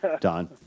Don